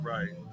Right